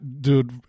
Dude